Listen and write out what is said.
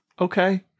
Okay